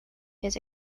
his